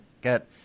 get